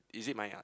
is it my